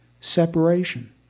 separation